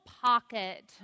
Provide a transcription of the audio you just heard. pocket